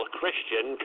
Christian